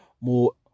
More